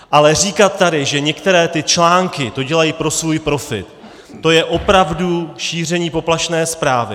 Ale říkat tady, že některé ty články to dělají pro svůj profit, to je opravdu šíření poplašné zprávy.